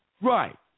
Right